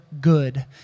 good